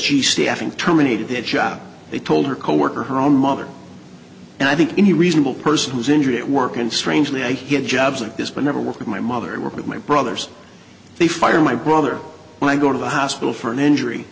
she staffing terminated their job they told her coworker her own mother and i think any reasonable person was injured at work and strangely i hit jobs like this but never work with my mother and work with my brothers they fire my brother when i go to the hospital for an injury